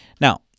Now